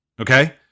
okay